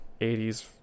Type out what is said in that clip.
80s